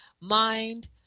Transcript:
mind